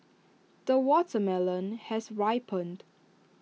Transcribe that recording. the watermelon has ripened